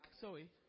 sorry